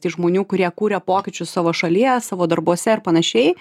tai žmonių kurie kuria pokyčius savo šalyje savo darbuose ir panašiai